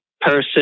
person